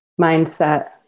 mindset